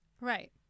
Right